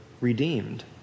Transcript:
redeemed